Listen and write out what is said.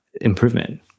improvement